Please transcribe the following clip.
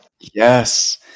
Yes